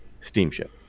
steamship